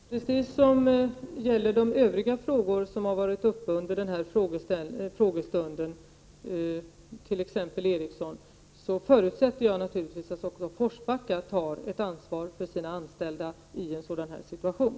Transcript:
Herr talman! Precis som när det gäller övriga frågor som har varit uppe under denna frågestund, t.ex. om Ericsson, förutsätter jag naturligtvis att också Forsbacka tar ett ansvar för sina anställda i en sådan här situation.